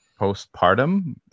postpartum